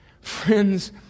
Friends